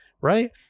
Right